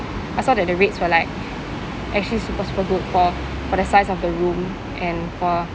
I saw that the rates were like actually super super good for for the size of the room and for